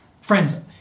Friends